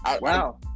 Wow